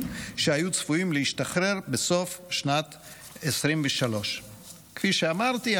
שהיו צפויים להשתחרר בסוף שנת 2023. כפי שאמרתי,